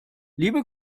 liebe